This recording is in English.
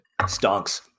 stonks